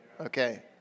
Okay